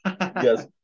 Yes